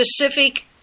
specific